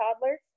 toddlers